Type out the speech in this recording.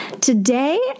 Today